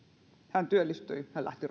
hän työllistyi hän lähti